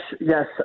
yes